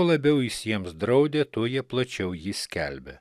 labiau jiems draudė tuo jie plačiau jį skelbė